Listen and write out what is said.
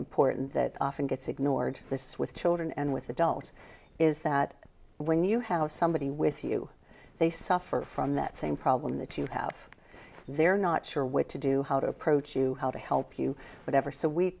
important that often gets ignored this with children and with adults is that when you have somebody with you they suffer from that same problem that you have they're not sure what to do how to approach you how to help you whatever so we